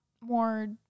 more